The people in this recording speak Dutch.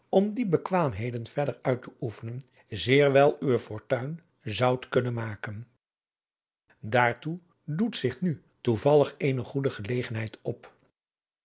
om die bekwaambeden verder uit te oefenen zeer wel uwe fortuin zoudt kunnen maken daartoe doet zich nu toevallig eene goede gelegenheid op